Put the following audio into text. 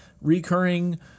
recurring